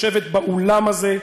לשבת באולם הזה,